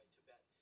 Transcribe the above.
Tibet